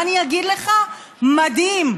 מה אני אגיד לך, מדהים.